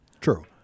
True